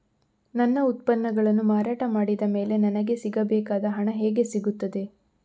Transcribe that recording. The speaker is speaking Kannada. ನನ್ನ ಉತ್ಪನ್ನಗಳನ್ನು ಮಾರಾಟ ಮಾಡಿದ ಮೇಲೆ ನನಗೆ ಸಿಗಬೇಕಾದ ಹಣ ಹೇಗೆ ಸಿಗುತ್ತದೆ?